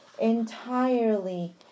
entirely